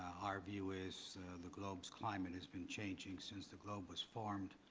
our view is the globe's climate has been changing since the globe was formed.